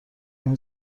این